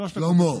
שלוש דקות לרשותך.